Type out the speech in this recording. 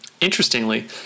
Interestingly